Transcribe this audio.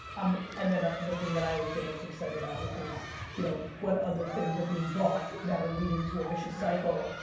um and then the thing that i always get most excited about, which is you know what other things are being bought that are leading to a vicious cycle?